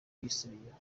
yisubiyeho